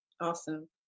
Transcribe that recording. Awesome